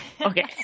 Okay